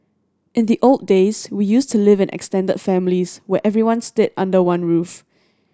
in the old days we used to live in extended families where everyone stayed under one roof